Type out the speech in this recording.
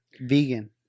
vegan